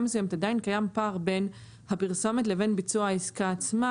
מסוימת עדיין קיים פער בין הפרסומת לבין ביצוע העסקה עצמה,